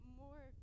more